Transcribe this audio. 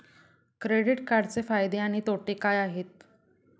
Credit कार्डचे फायदे आणि तोटे काय आहेत?